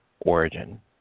origin